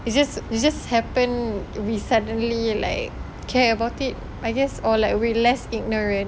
it just it just happen we suddenly like care about it I guess or like we're less ignorant